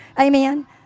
amen